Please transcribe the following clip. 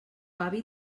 avi